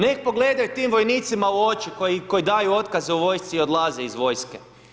Nek pogledaju tim vojnicima u oči, koji daju otkaze u vojsci i odlaze iz vojske.